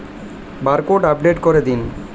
Barcode update করে দিন?